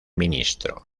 ministro